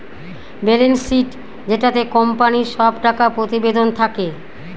balance sheet যেটাতে কোম্পানির সব টাকা প্রতিবেদন থাকে